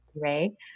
Ray